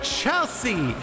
Chelsea